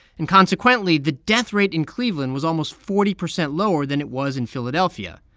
and consequently, the death rate in cleveland was almost forty percent lower than it was in philadelphia.